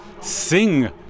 sing